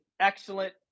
excellent